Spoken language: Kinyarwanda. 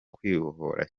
kwibohora